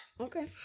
Okay